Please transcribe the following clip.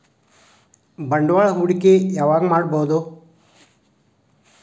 ಬಂಡವಾಳ ಹೂಡಕಿ ಯಾವಾಗ್ ಮಾಡ್ಬಹುದು?